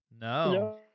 No